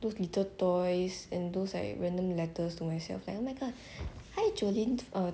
those little toys and those like random letters to myself like oh my god hi jolene